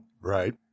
Right